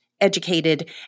educated